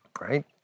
right